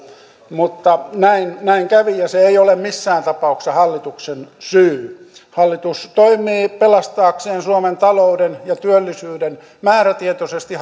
mutta näin näin kävi ja se ei ole missään tapauksessa hallituksen syy hallitus toimii pelastaakseen suomen talouden ja työllisyyden määrätietoisesti